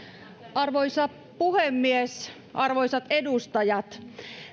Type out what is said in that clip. arvoisa puhemies arvoisat edustajat